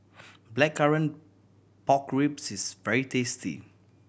Blackcurrant Pork Ribs is very tasty